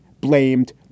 blamed